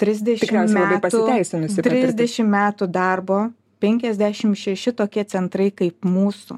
trisdešim metų trisdešim metų darbo penkiasdešim šeši tokie centrai kaip mūsų